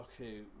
okay